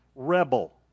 rebel